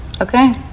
Okay